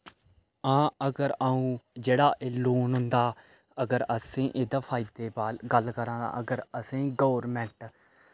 हां अगर अ'ऊं जेह्ड़ा लोन होंदा अगर असें इदे फायदे बारै गल्ल करां अगर असें गौरमैंट